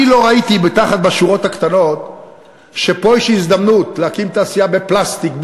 אני לא ראיתי בשורות הקטנות שפה יש הזדמנות להקים תעשייה של פלסטיק,